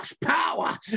power